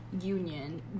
union